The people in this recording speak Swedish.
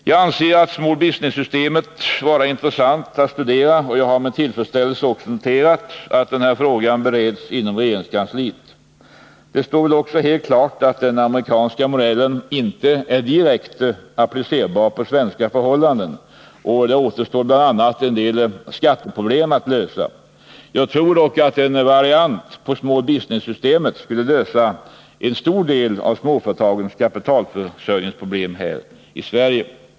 Jag anser Small Business-systemet vara intressant att studera, och jag har med tillfredsställelse noterat att frågan f. n. bereds inom regeringskansliet. Det står väl helt klart att den amerikanska modellen inte är direkt applicerbar på svenska förhållanden, och det återstår bl.a. en del skatteproblem att lösa. Jag tror dock att en variant på Small Business-systemet skulle lösa en stor del av småföretagens kapitalförsörjningsproblem här i Sverige.